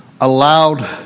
allowed